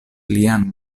lian